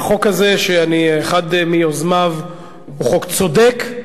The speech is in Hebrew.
החוק הזה, שאני אחד מיוזמיו, הוא חוק צודק,